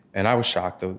and i was shocked. ah